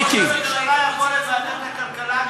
ראש הממשלה יכול, השר?